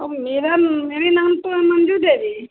औ मेरा मेरा नाम तो है मंजू देवी